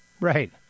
Right